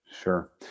sure